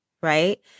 right